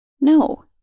No